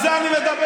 על זה אני מדבר.